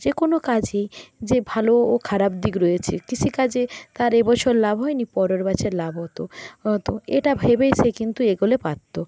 যে কোনো কাজেই যে ভালো ও খারাপ দিক রয়েছে কৃষিকাজে তার এ বছর লাভ হয়নি পরের বছর লাভ হতো তো এটা ভেবেই সে কিন্তু এগোলে পারত